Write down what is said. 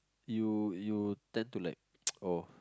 you you tend to like oh